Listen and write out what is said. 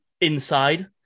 inside